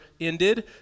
ended